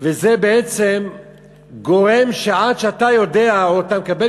וזה בעצם גורם שעד שאתה יודע או מקבל